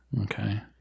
Okay